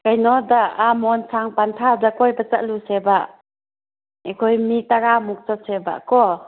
ꯀꯩꯅꯣꯗ ꯃꯣꯟꯁꯥꯡ ꯄꯟꯊꯥꯗ ꯀꯣꯏꯕ ꯆꯠꯂꯨꯁꯦꯕ ꯑꯩꯈꯣꯏ ꯃꯤ ꯇꯔꯥꯃꯨꯛ ꯆꯠꯁꯦꯕꯀꯣ